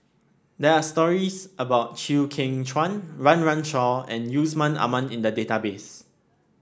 there are stories about Chew Kheng Chuan Run Run Shaw and Yusman Aman in the database